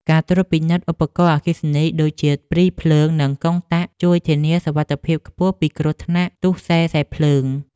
ការត្រួតពិនិត្យឧបករណ៍អគ្គិសនីដូចជាព្រីភ្លើងនិងកុងតាក់ជួយធានាសុវត្ថិភាពខ្ពស់ពីគ្រោះថ្នាក់ទុស្សេខ្សែភ្លើង។